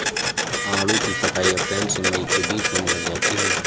आड़ू की कटाई अप्रैल से मई के बीच होने लग जाती है